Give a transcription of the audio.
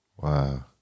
Wow